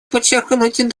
подчеркнуть